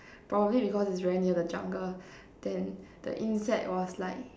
probably because it's very near the jungle then the insect was like